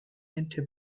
into